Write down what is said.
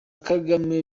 kagame